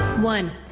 one